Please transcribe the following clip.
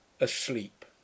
asleep